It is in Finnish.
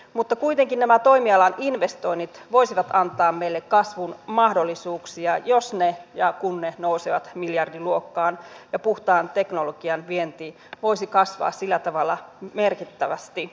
mutta kuitenkin nämä toimialan investoinnit voisivat antaa meille kasvun mahdollisuuksia jos ja kun ne nousevat miljardiluokkaan ja puhtaan teknologian vienti voisi kasvaa sillä tavalla merkittävästi